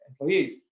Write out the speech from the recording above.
employees